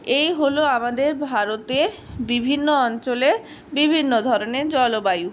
এই হল আমাদের ভারতের বিভিন্ন অঞ্চলের বিভিন্ন ধরনের জলবায়ু